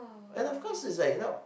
and of course is like you know